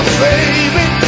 baby